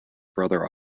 brother